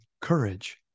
courage